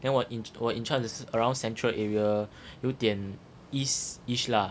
then 我 in char~ in charge 的是 around central area 有点 east-ish lah